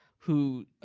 who